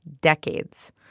decades